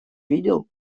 видел